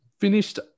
finished